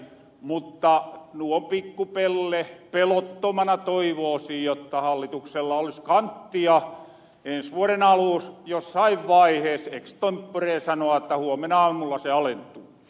mutta pikku pelle pelottomana toivoosin jotta hallituksella olis kanttia ensi vuoden aluus jossain vaihees ekstempporee sanoa että huomenaamulla se alentuu